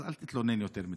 אז אל תתלונן יותר מדי.